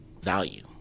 value